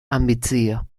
ambicio